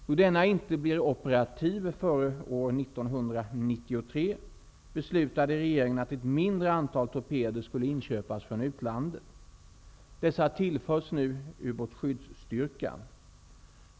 Då denna inte blir operativ före år 1993, beslutade regeringen att ett mindre antal torpeder skulle inköpas från utlandet. Dessa tillförs nu ubåtsskyddsstyrkan.